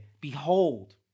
behold